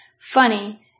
Funny